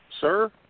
sir